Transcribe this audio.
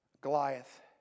Goliath